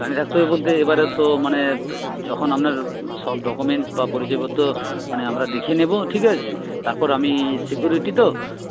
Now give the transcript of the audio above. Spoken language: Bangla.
দাঁড়িয়ে থাকতে হবে বলতে এবারে তো মানে যখন আপনার সব ডকুমেন্টস বা পরিচয় পত্র মানে আমরা দেখে নেব ঠিক আছে তারপর আমি সিকিউরিটি তো